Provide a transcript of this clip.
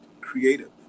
creative